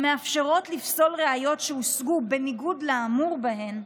המאפשרות לפסול ראיות שהושגו בניגוד לאמור בהן: